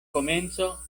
komenco